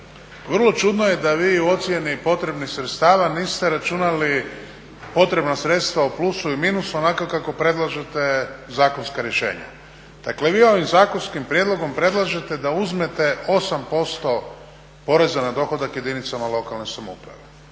vrlo čudno je da vi u ocjeni potrebnih sredstava niste računali potrebna sredstva u plusu i minusu onako kako predlažete zakonska rješenja. Dakle, vi ovim zakonskim prijedlogom predlažete da uzmete 8% poreza na dohodak jedinicama lokalne samouprave,